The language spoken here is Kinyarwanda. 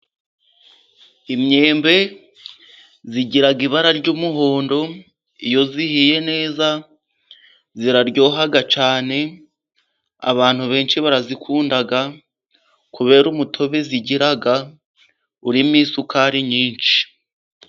Imyembe igira ibara ry'umuhondo, iyo ihiye neza iraryoha cyane, abantu benshi barayikunda kubera umutobe igira, urimo isukari nyinshi.